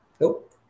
Nope